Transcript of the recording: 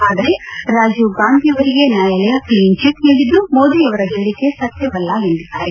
ಆದರೆ ರಾಜೀವ್ಗಾಂಧಿ ಅವರಿಗೆ ನ್ಯಾಯಾಲಯ ಕ್ಷೀನ್ಚಿಟ್ ನೀಡಿದ್ದು ಮೋದಿ ಅವರ ಹೇಳಿಕೆ ಸತ್ಯವಲ್ಲ ಎಂದಿದ್ದಾರೆ